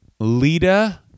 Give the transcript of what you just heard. Lita